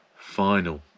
final